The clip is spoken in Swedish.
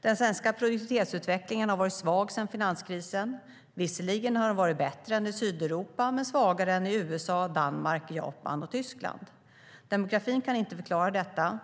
Den svenska produktivitetsutvecklingen har varit svag sedan finanskrisen. Visserligen har den varit bättre än i Sydeuropa men svagare än i USA, Danmark, Japan och Tyskland. Demografin kan inte förklara detta.